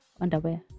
underwear